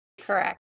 Correct